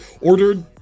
ordered